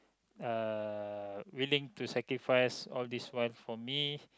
uh willing to sacrifice all these while for me